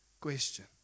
question